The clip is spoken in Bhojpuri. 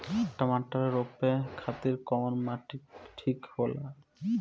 टमाटर रोपे खातीर कउन माटी ठीक होला?